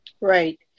Right